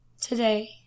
today